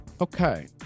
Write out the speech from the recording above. Okay